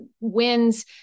wins